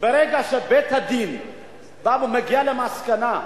ברגע שבית-הדין מגיע להסכמה,